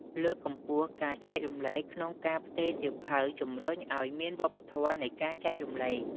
លើកកម្ពស់ការចែករំលែកក្នុងការផ្ទេរសៀវភៅជំរុញឱ្យមានវប្បធម៌នៃការចែករំលែក។